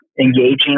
engaging